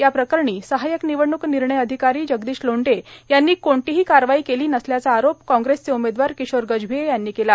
या प्रकरणी सहायक निवडणूक निर्णय अधिकारी जगदीश लोंडे यांनी कुटलीही कारवाई केली नसल्याचा आरोप काँग्रेसचे उमेदवार किशोर गजभिये यांनी केला